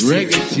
Reggae